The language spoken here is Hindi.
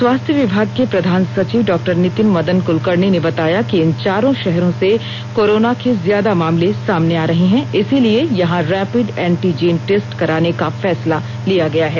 स्वास्थ्य विभाग के प्रधान सचिव डॉ नितिन मदन कुलकर्णी ने बताया कि इन चारों शहरों से कोरोना के ज्यादा मामले सामने आ रहे हैं इसलिए यहां रैपिड एंटीजेन टेस्ट कराने का फैसला लिया गया है